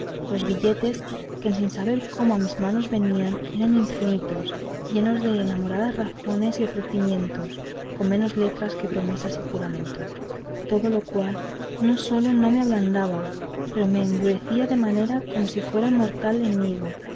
los billetes que sin saber cómo a mis manos venían eran infinitos llenos de enamoradas razones y ofrecimientos con menos letras que promesas y juramentos todo lo cual no sólo no me ablandaba pero me endurecía de manera como si fuera mi mortal enemigo